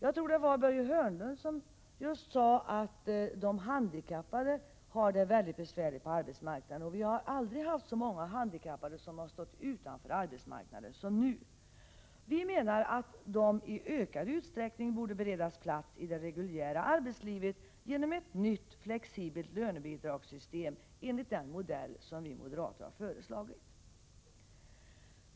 Jag tror att det var Börje Hörnlund som sade att de handikappade har det mycket besvärligt på arbetsmarknaden och att vi aldrig har haft så många handikappade utanför arbetsmarknaden som nu. Vi menar att de handikappade i ökad utsträckning borde beredas plats i det reguljära arbetslivet genom ett nytt, flexibelt lönebidragssystem enligt den modell som vi moderater har föreslagit.